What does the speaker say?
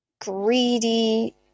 greedy